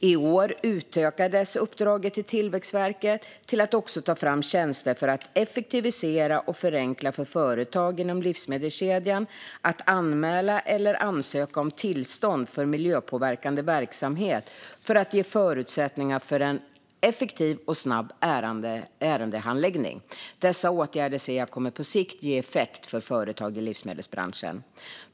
I år utökades uppdraget till Tillväxtverket till att också ta fram tjänster för att effektivisera och förenkla för företag inom livsmedelskedjan att anmäla eller ansöka om tillstånd för miljöpåverkande verksamhet för att ge förutsättningar för en effektiv och snabb ärendehandläggning. Dessa åtgärder ser jag kommer på sikt ge effekt för företag i livsmedelsbranschen.